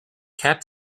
cap